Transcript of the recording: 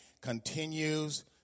continues